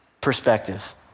Perspective